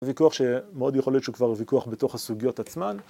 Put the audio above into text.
ויכוח שמאוד יכול להיות שהוא כבר ויכוח בתוך הסוגיות עצמן.